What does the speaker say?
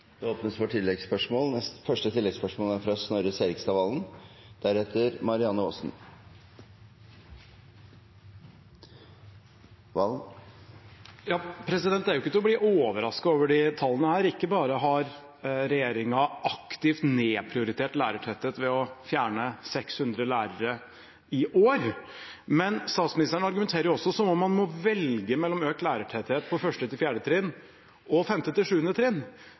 Det blir gitt anledning til oppfølgingsspørsmål – først Snorre Serigstad Valen. Disse tallene er jo ikke til å bli overrasket over, for ikke bare har regjeringen aktivt nedprioritert lærertetthet ved å fjerne 600 lærere i år, men statsministeren argumenterer også som om man må velge mellom økt lærertetthet på 1.–4. trinn og på 5.–7. trinn, som om det er det som er den store motsetningen her. Hun argumenterer som om alternativet til